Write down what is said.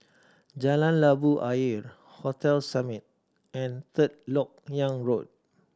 Jalan Labu Ayer Hotel Summit and Third Lok Yang Road